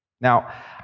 Now